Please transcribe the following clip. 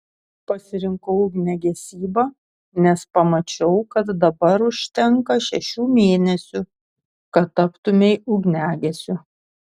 pasirinkau ugniagesybą nes pamačiau kad dabar užtenka šešių mėnesių kad taptumei ugniagesiu